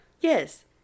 Yes